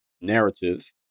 narrative